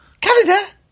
Canada